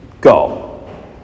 Go